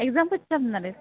exam कधी संपणार आहेत